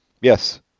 Yes